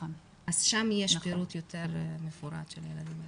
שם יש פירוט יותר מפורט של הילדים האלה.